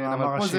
כמאמר השיר.